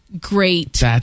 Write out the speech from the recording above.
great